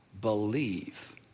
believe